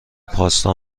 پاستا